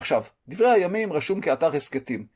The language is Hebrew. עכשיו, דברי הימים רשום כאתר הסקתים